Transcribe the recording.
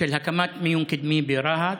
בהקמת מיון קדמי ברהט.